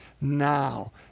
now